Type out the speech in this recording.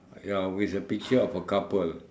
ya with a picture of a couple